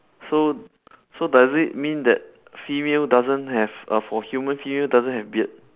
so so does it mean that female doesn't have a for human female doesn't have beard